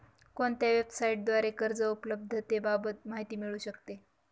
कोणत्या वेबसाईटद्वारे कर्ज उपलब्धतेबाबत माहिती मिळू शकते?